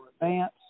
Advance